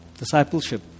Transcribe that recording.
discipleship